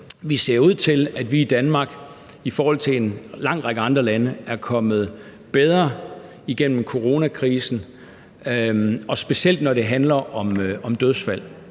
det ser ud til, at vi i Danmark i forhold til en lang række andre lande er kommet bedre igennem coronakrisen – specielt når det handler om dødsfald.